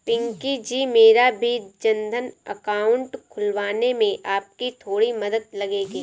पिंकी जी मेरा भी जनधन अकाउंट खुलवाने में आपकी थोड़ी मदद लगेगी